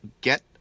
get